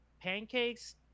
pancakes